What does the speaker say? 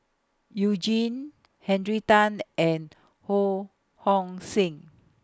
YOU Jin Henry Tan and Ho Hong Sing